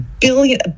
Billion